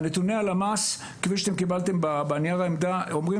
נתוני הלמ"ס כפי שאתם קיבלתם בנייר העמדה אומרים